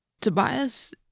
Tobias